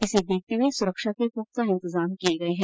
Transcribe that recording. इसे देखते हुए सुरक्षा के पुख्ता इंतजाम किये गये है